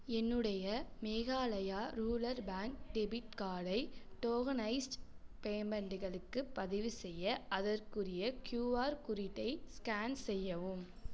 என்னுடைய Meghalaya rural bank debit கார்டை tokenised பேமெண்டுகளுக்கு பதிவு செய்ய அதற்குரிய கியூஆர் குறியீட்டை ஸ்கேன் செய்யவும்